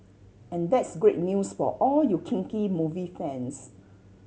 and that's great news for all you kinky movie fans